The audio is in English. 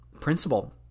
principle